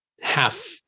half